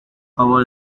our